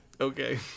Okay